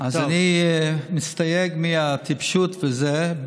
אז אני מסתייג מהטיפשות, ולזה,